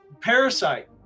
Parasite